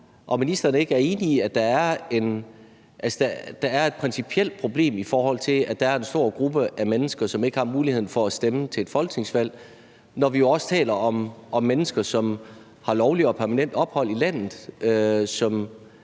om ministeren ikke er enig i, at der er et principielt problem, i forhold til at der er en stor gruppe mennesker, som ikke har mulighed for at stemme ved et folketingsvalg, når vi jo også taler om mennesker, som har lovligt og permanent ophold i landet,